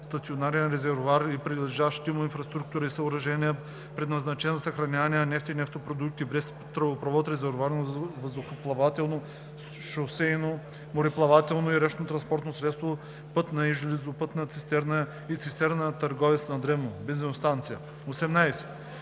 стационарен резервоар и прилежащите му инфраструктура и съоръжения, предназначен за съхраняване на нефт и нефтопродукти, без тръбопровод, резервоар на въздухоплавателно, шосейно, мореплавателно и речно транспортно средство, пътна и железопътна цистерна и цистерна на търговец на дребно (бензиностанция). 18.